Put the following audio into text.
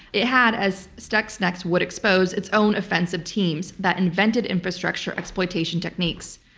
it had, as stuxnet would expose, its own offensive teams that invented infrastructure exploitation techniques.